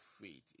faith